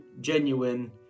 genuine